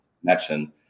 connection